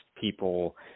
people